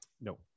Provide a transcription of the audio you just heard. No